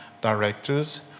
directors